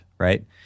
Right